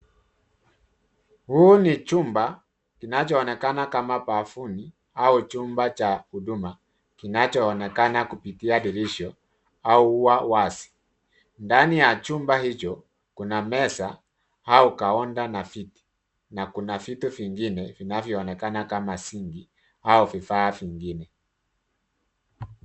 Huu ni chumba kinachoonekana kama bafuni au chumba cha huduma kinachoonekana kupitia dirisha au ua wazi. Ndani ya chumba hicho, kuna meza au kaunta na viti. Na kuna vitu vingine zinavyoonekana kama sinki au vifaa vingine.